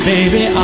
Baby